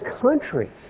country